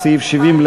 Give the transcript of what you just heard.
משק סגור מודיעין,